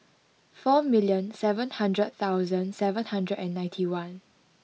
four million seven hundred thousand and seven hundred and ninety one